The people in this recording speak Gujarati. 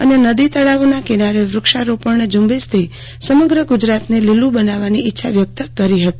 અને નદી તળાવોના કિનારે વૃક્ષારોપણની ઝંબેશથી સમગ્ર ગુજરાતને લીલું બનાવવાની ઇચ્છા વ્યક્ત કરી હતી